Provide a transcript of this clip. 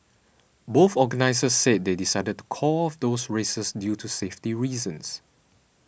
both organisers said they decided to call off those races due to safety reasons